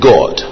God